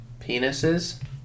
penises